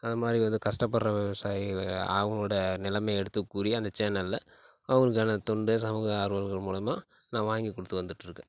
அது மாதிரி வந்து கஸ்டப்படுற விவசாயிகளுக்கு அவங்களோட நிலமைய எடுத்து கூறி அந்த சேனல்ல அவங்களுக்கான தொண்டு சமூக ஆர்வலர்கள் மூலயமா நான் வாங்கி கொடுத்து வந்துகிட்ருக்கேன்